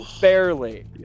Barely